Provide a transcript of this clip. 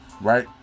right